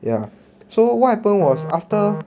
ya so what happen was after